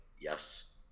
yes